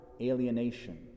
alienation